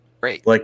Great